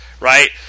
right